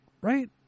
Right